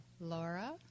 Laura